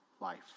life